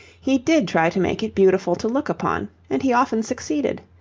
he did try to make it beautiful to look upon, and he often succeeded.